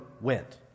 went